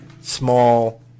small